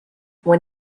when